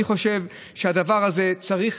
אני חושב שהדברים האלה,